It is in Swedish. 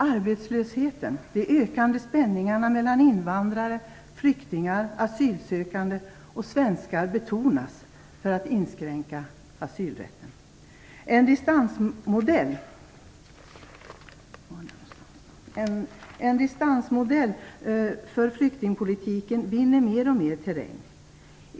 Arbetslösheten, de ökande spänningarna mellan invandrare, flyktingar, asylsökande och svenskar betonas för att inskränka asylrätten. En distansmodell för flyktingpolitiken vinner mer och mer terräng.